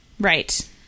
Right